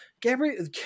gabriel